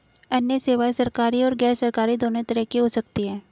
अन्य सेवायें सरकारी और गैरसरकारी दोनों तरह की हो सकती हैं